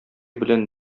белән